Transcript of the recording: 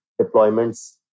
deployments